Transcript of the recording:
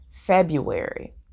February